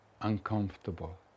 uncomfortable